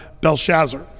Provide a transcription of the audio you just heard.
Belshazzar